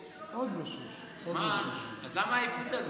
עוד לא 06:00. אז למה העייפות הזאת,